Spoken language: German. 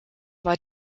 war